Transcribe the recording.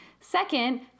Second